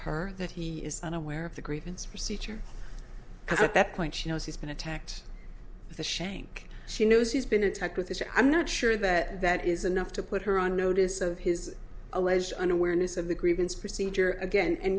her that he is unaware of the grievance procedure at that point she has been attacked with a shank she knows he's been attacked with this i'm not sure that that is enough to put her on notice of his alleged unawareness of the grievance procedure again and